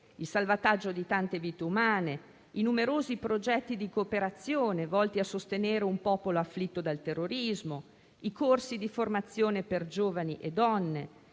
il salvataggio di tante vite umane; i numerosi progetti di cooperazione volti a sostenere un popolo afflitto dal terrorismo; i corsi di formazione per giovani e donne;